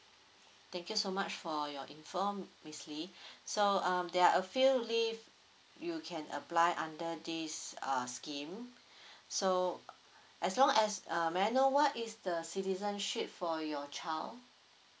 thank you so much for your info miss lee so um there are a few leave you can apply under this uh scheme so as long as uh may I know what is the citizenship for your child